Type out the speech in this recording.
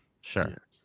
sure